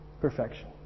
Perfection